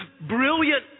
brilliant